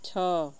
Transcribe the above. ଛଅ